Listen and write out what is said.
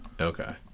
Okay